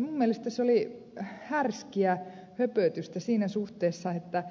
minun mielestäni se oli härskiä höpötystä siinä suhteessa että